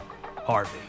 Harvey